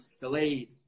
delayed